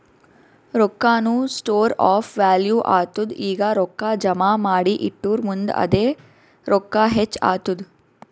ರೊಕ್ಕಾನು store of value ಆತ್ತುದ್ ಈಗ ರೊಕ್ಕಾ ಜಮಾ ಮಾಡಿ ಇಟ್ಟುರ್ ಮುಂದ್ ಅದೇ ರೊಕ್ಕಾ ಹೆಚ್ಚ್ ಆತ್ತುದ್